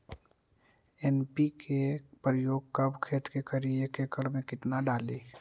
NPK प्रयोग कब खेत मे करि एक एकड़ मे कितना डाली?